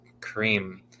cream